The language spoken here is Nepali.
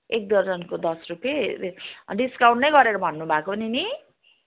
एक दर्जनको दस रुपियाँ डिस्काउन्ट नै गरेर भन्नुभएको हो नि नि